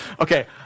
Okay